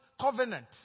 covenant